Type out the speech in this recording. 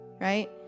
right